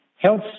Health